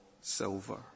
silver